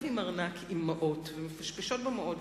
עם ארנק ובו כמה מעות ומפשפשות בארנק,